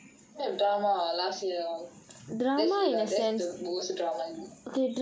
don't have drama uh last yar that's it uh that is the most drama